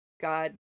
God—